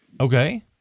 okay